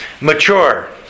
mature